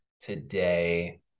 today